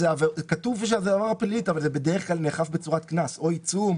כתוב שזאת עבירה פלילית אבל בדרך-כלל זה נאכף בצורת קנס או עיצום.